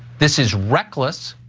this is reckless.